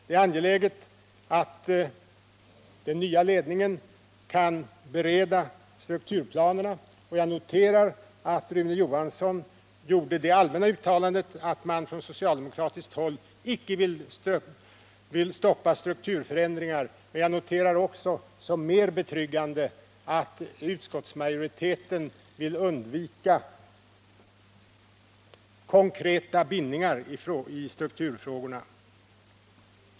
Det är angeläget att Fredagen den den nya ledningen kan bereda strukturplanerna, och jag noterar att Rune 8 juni 1979 Johansson gjorde det allmänna uttalandet att man från socialdemokratiskt håll icke vill stoppa strukturförändringar. Jag noterar också som mer betryggande att utskottsmajoriteten vill undvika konkreta bindningar i strukturfrågorna.